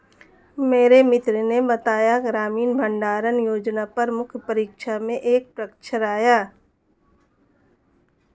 मेरे मित्र ने बताया ग्रामीण भंडारण योजना पर मुख्य परीक्षा में एक प्रश्न आया